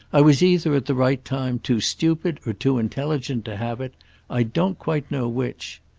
i was either, at the right time, too stupid or too intelligent to have it i don't quite know which.